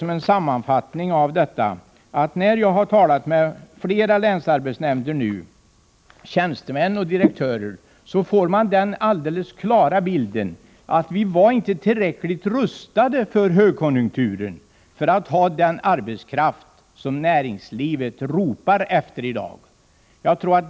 Som en sammanfattning vill jag säga, att när jag har talat med flera länsarbetsnämnder, tjänstemän och direktörer, har jag fått den alldeles tydliga bilden av att vi inte var tillräckligt rustade för högkonjunkturen — vi har inte den arbetskraft som näringslivet ropar efter i dag.